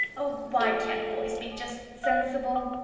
oh, why can't boys be just sensible!